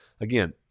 again